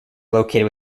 located